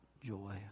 joy